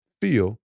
feel